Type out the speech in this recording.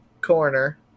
Corner